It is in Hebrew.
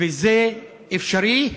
וזה אפשרי.